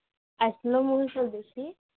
ଆସିଲ ମଉସା ଦେଖି